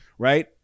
Right